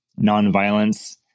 nonviolence